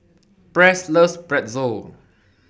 Press loves Pretzel